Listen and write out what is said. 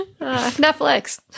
Netflix